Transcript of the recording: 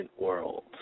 world